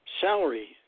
salary